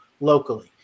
locally